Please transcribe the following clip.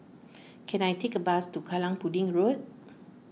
can I take a bus to Kallang Pudding Road